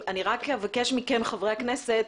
אני רק אבקש מכם חברי הכנסת,